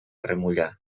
remullar